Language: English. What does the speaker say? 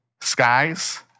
skies